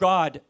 God